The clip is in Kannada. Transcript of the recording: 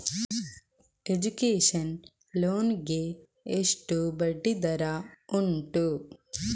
ಎಜುಕೇಶನ್ ಲೋನ್ ಗೆ ಎಷ್ಟು ಬಡ್ಡಿ ದರ ಉಂಟು?